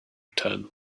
return